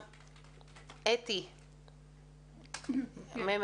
אתי וייסבלאי ממרכז המחקר